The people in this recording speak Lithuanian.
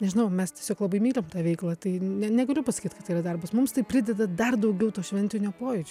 nežinau mes tiesiog labai mylim tą veiklą tai ne negaliu pasakyt kad tai yra darbas mums tai prideda dar daugiau to šventinio pojūčio